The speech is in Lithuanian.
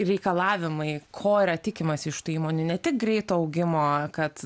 reikalavimai ko yra tikimasi iš tų įmonių ne tik greito augimo kad